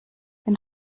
wenn